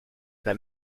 pas